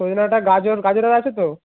সজনে ডাঁটা গাজর গাজর আরে আছে তো